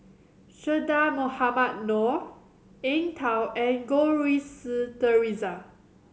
Che Dah Mohamed Noor Eng Tow and Goh Rui Si Theresa